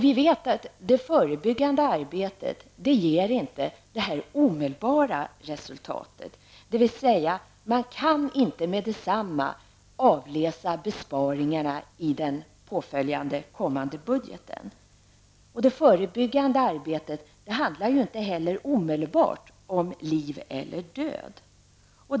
Vi vet att det förebyggande arbetet inte ger ett omedelbart resultat, dvs. man kan inte med detsamma avläsa besparingarna i den kommande budgeten. Det förebyggande arbetet handlar ju inte heller omedelbart om liv eller död.